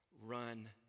Run